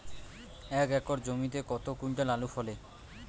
এক একর জমিতে কত কুইন্টাল আলু ফলে?